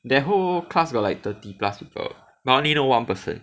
their whole class got like thirty plus people but I only know one person